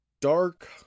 Dark